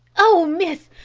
oh, miss,